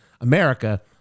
America